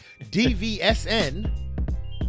DVSN